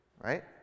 Right